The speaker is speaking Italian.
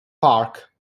park